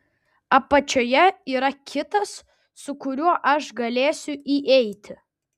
apačioje yra kitas su kuriuo aš galėsiu įeiti